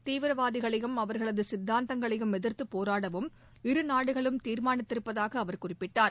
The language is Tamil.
தீவிரவாதிகளையும் அவர்களது சித்தாத்தங்களையும் எதிர்த்துப் போராடவும் இருநாடுகளும் தீர்மானித்திருப்பதாக அவர் குறிப்பிட்டார்